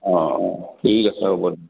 অ' অ' ঠিক আছে হ'ব দিয়ক